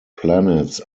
planets